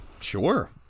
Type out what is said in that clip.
Sure